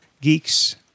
geeks